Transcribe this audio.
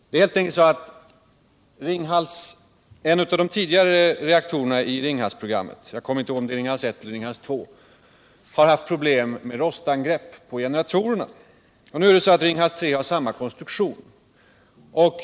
Det är helt enkelt så att en av de tidigare reaktorerna i Ringhalsprogrammet —- jag kommer inte ihåg om det är Ringhals 1 eller Ringhals 2 — har haft rostangrepp på generatorerna. Ringhals 3 har samma konstruktion.